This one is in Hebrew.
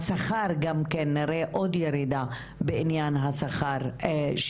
השכר גם כן נראה עוד ירידה בעניין שלו שתתפתח.